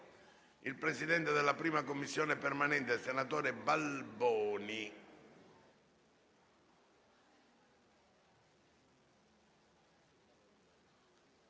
dal presidente della 1a Commissione permanente, senatore Balboni,